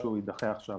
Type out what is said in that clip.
שהוא יידחה עכשיו.